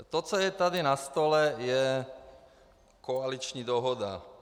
To, co je tady na stole, je koaliční dohoda.